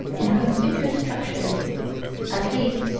in conspicuous structures at least,